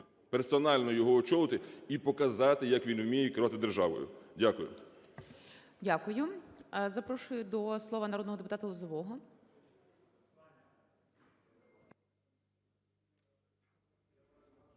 персонально його очолити і показати як він вміє керувати державою. Дякую. ГОЛОВУЮЧИЙ. Дякую. Запрошую до слова народного депутата Лозового.